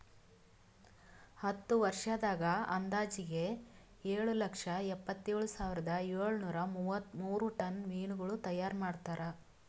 ಹತ್ತು ವರ್ಷದಾಗ್ ಅಂದಾಜಿಗೆ ಏಳು ಲಕ್ಷ ಎಪ್ಪತ್ತೇಳು ಸಾವಿರದ ಏಳು ನೂರಾ ಮೂವತ್ಮೂರು ಟನ್ ಮೀನಗೊಳ್ ತೈಯಾರ್ ಮಾಡ್ತಾರ